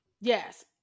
Yes